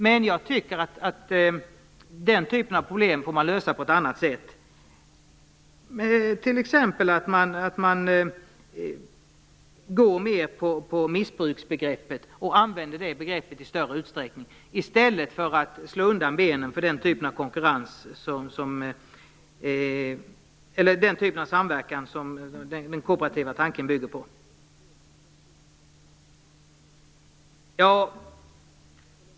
Men jag tycker att man får lösa den typen av problem på ett annat sätt, t.ex. att man går mer på missbruksbegreppet och använder detta begrepp i större utsträckning i stället för att slå undan benen för den typ av samverkan som den kooperativa tanken bygger på.